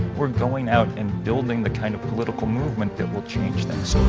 we're going out and building the kind of political movement that will change things.